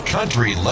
Country